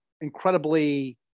Incredibly